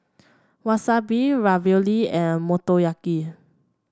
Wasabi Ravioli and Motoyaki